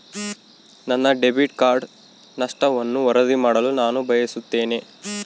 ನನ್ನ debit card ನಷ್ಟವನ್ನು ವರದಿ ಮಾಡಲು ನಾನು ಬಯಸುತ್ತೇನೆ